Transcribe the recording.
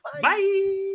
Bye